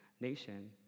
nation